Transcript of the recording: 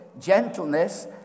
gentleness